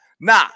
Nah